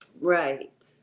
right